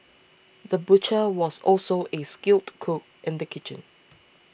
the butcher was also a skilled cook in the kitchen